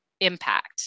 impact